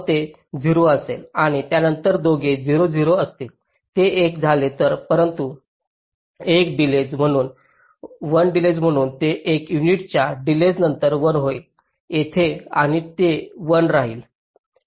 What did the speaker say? मग ते 0 असेल आणि त्यानंतर दोन्ही 0 0 असतील ते एक झाले परंतु 1 डिलेज म्हणून ते एक युनिटच्या डिलेज नंतर 1 होईल येथे आणि ते 1 राहील